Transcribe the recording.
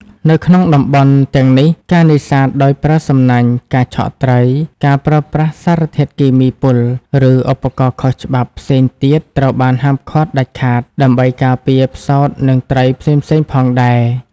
នៅក្នុងតំបន់ទាំងនេះ ការនេសាទដោយប្រើសំណាញ់ ការឆក់ត្រី ការប្រើប្រាស់សារធាតុគីមីពុល ឬឧបករណ៍ខុសច្បាប់ផ្សេងទៀតត្រូវបានហាមឃាត់ដាច់ខាត ដើម្បីការពារផ្សោតនិងត្រីផ្សេងៗផងដែរ។